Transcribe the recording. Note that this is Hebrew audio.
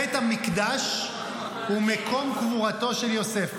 בית המקדש ומקום קבורתו של יוסף.